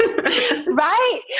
right